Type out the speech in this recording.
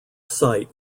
site